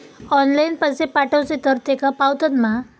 Online पैसे पाठवचे तर तेका पावतत मा?